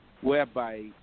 Whereby